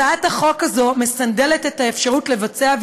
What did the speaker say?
הצעת החוק הזאת מסנדלת את האפשרות לעשות